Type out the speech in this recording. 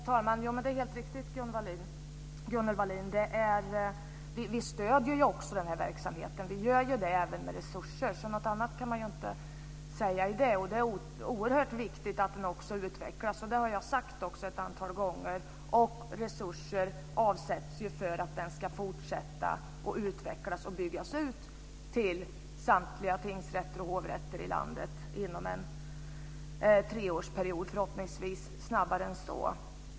Fru talman! Det är helt riktigt, Gunnel Wallin. Vi stöder ju också den här verksamheten. Vi gör ju det även med resurser. Något annat kan man inte säga om det. Det är oerhört viktigt att verksamheten utvecklas. Det har jag också sagt ett antal gånger. Resurser avsätts för att den ska fortsätta utvecklas och byggas ut till samtliga tingsrätter och hovrätter i landet inom en treårsperiod, förhoppningsvis snabbare än så.